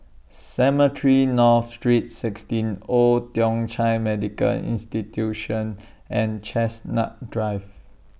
Cemetry North Street sixteen Old Thong Chai Medical Institution and Chestnut Drive